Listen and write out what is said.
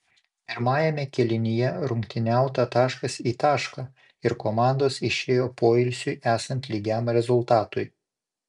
pirmajame kėlinyje rungtyniauta taškas į tašką ir komandos išėjo poilsiui esant lygiam rezultatui